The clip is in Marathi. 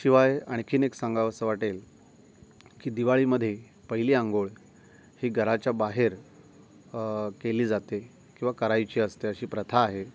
शिवाय आणखीन एक सांगावसं वाटेल की दिवाळीमध्ये पहिली अंघोळ ही घराच्या बाहेर केली जाते किंवा करायची असते अशी प्रथा आहे